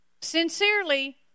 sincerely